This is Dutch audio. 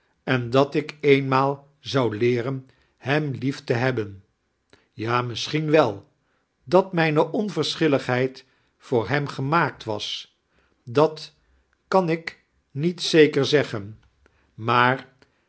en dat ik eenmaal zou leeren hem lief te hebben ja misschien wel dat mijne onversohilmghieid vootr hem gemaakt was dlat kan ik niet zeker zeggen maar